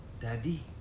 daddy